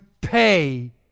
pay